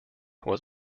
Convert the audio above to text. was